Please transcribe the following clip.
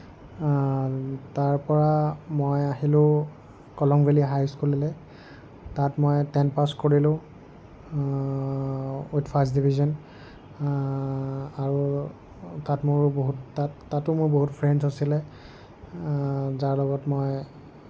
তাৰ পৰা মই আহিলোঁ কলং ভেলী হাইস্কুললৈ তাত মই টেন পাছ কৰিলোঁ উইথ ফাৰ্ষ্ট ডিভিজন আৰু তাত মোৰ বহুত তাত তাতো মোৰ বহুত ফ্ৰেণ্ডছ আছিলে যাৰ লগত মই